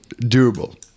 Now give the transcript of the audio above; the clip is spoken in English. durable